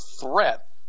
threat